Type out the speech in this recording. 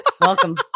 Welcome